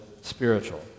spiritual